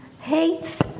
hates